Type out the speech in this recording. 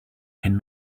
can